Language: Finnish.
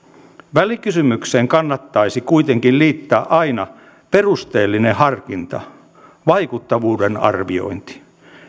välikysymykseen kannattaisi kuitenkin liittää aina perusteellinen harkinta vaikuttavuuden arviointi